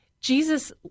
Jesus